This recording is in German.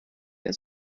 der